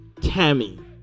Tammy